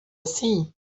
assim